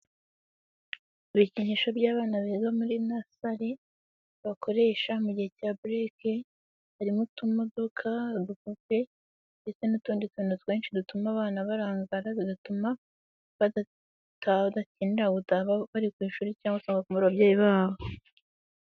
Ibikinisho by'abana beza muri nasari bakoresha mu gihe cya bureke, harimo utumodoka, udupope ndetse n'utundi tuntu twinshi dutuma abana barangara bigatuma batarambirwa kuko bandinze gutaha bari ku ishuri cyangwa bagakumbura ababyeyi babo.